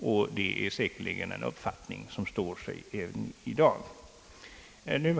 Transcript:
och det är en uppfattning som står sig även i dag.